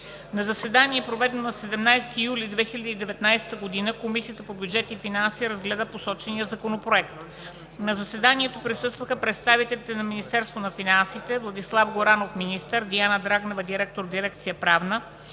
На заседание, проведено на 17 юли 2019 г., Комисията по бюджет и финанси разгледа посочения законопроект. На заседанието присъстваха представителите на Министерството на финансите: Владислав Горанов – министър, Диана Драгнева – директор на дирекция „Правна“;